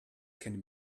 can